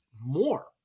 more